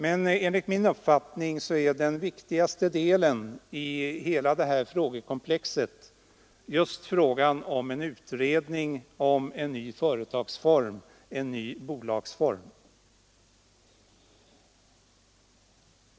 Men enligt min uppfattning är den viktigaste delen i hela det här frågekomplexet utredningen om en ny bolagsform.